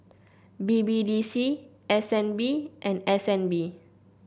B B D C S N B and S N B